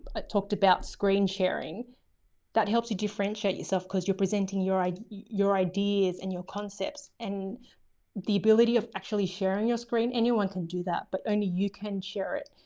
i talked about screen-sharing that helps you differentiate yourself cause you're presenting your ideas, your ideas and your concepts and the ability of actually sharing your screen. anyone can do that but only you can share it,